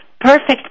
perfect